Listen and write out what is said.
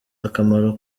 akamaro